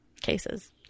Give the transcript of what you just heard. cases